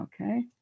Okay